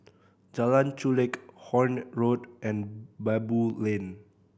Jalan Chulek Horne Road and Baboo Lane